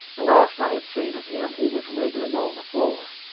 the last i had seen of him he was wriggling on the floor,